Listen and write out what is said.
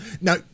now